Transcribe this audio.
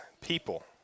people